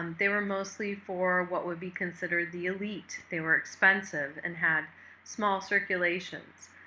um they were mostly for what would be considered the elite. they were expensive and had small circulations.